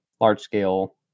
large-scale